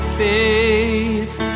faith